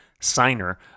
signer